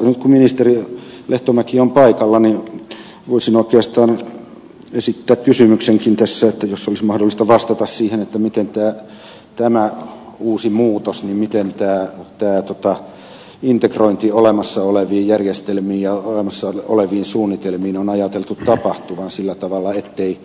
nyt kun ministeri lehtomäki on paikalla voisin oikeastaan esittää kysymyksenkin jos olisi mahdollista vastata siihen miten tämän uuden muutoksen integroinnin olemassa oleviin järjestelmiin ja olemassa oleviin suunnitelmiin on ajateltu tapahtuvan sillä tavalla ettei